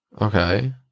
Okay